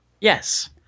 Yes